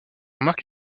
remarque